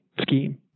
scheme